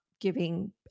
giving